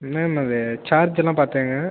ma'am அது charge எல்லாம் பார்த்துகங்க